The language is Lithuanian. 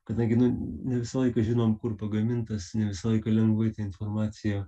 kadangi nu ne visą laiką žinom kur pagamintas ne visą laiką lengvai ta informacija